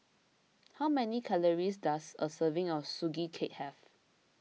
how many calories does a serving of Sugee Cake have